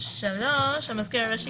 (3)המזכיר הראשי,